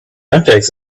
olympics